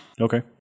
Okay